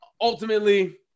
ultimately